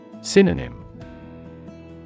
Synonym